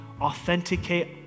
authenticate